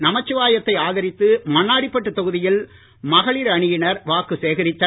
நமச்சிவாயத்தை ஆதரித்து மண்ணாடிப்பட்டு தொகுதியில் மகளிர் அணியினர் வாக்கு சேகரித்தனர்